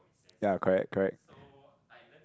ya correct correct